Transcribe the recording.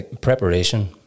preparation